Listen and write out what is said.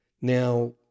Now